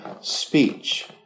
speech